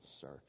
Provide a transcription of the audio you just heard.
search